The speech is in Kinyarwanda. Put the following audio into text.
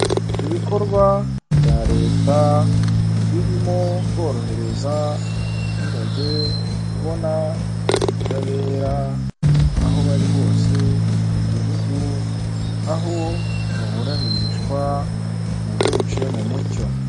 Ibikorwa bya leta, birimo korohereza abaturage kubona ubutabera, aho bari hose mu gihugu, aho baburanishwa mu buryo buciye mu mucyo.